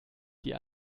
die